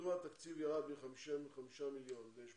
מדוע התקציב ירד מ-55 מיליון ל-18?